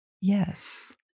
Yes